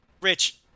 Rich